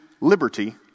liberty